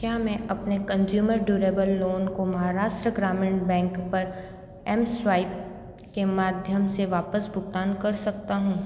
क्या मैं अपने कंज़्यूमर ड्यूरेबल लोन को महाराष्ट्र ग्रामीण बैंक पर एमस्वाइप के माध्यम से वापस भुगतान कर सकता हूँ